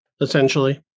essentially